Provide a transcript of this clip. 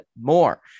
more